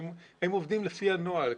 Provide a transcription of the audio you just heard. האם עובדים לפי הנוהל,